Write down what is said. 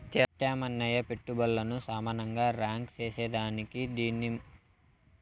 పెత్యామ్నాయ పెట్టుబల్లను సమానంగా రాంక్ సేసేదానికే దీన్ని మూలదన బజెట్ ల వాడతండారు